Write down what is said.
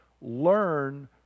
learn